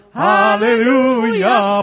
hallelujah